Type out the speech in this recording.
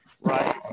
Right